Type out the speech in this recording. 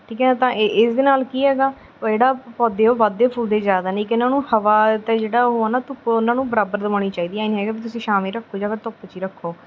ਠੀਕ ਹੈ ਤਾਂ ਇਹ ਇਸ ਦੇ ਨਾਲ ਕੀ ਹੈਗਾ ਉਹ ਜਿਹੜਾ ਪੌਦੇ ਉਹ ਵਧਦੇ ਫੁੱਲਦੇ ਜ਼ਿਆਦਾ ਨੇ ਇੱਕ ਇਹਨਾਂ ਨੂੰ ਹਵਾ ਅਤੇ ਜਿਹੜਾ ਉਹ ਨਾ ਧੁੱਪ ਉਹਨਾਂ ਨੂੰ ਬਰਾਬਰ ਦਵਾਉਣੀ ਚਾਹੀਦੀ ਆ ਐਂ ਨਹੀਂ ਹੈਗਾ ਵੀ ਤੁਸੀਂ ਛਾਵੇਂ ਰੱਖੋ ਜਾਂ ਫਿਰ ਧੁੱਪ 'ਚ ਹੀ ਰੱਖੋ